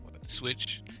Switch